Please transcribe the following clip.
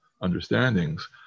understandings